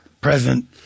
Present